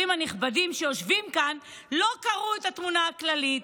הנכבדים שיושבים כאן לא קראו את התמונה הכללית,